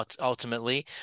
ultimately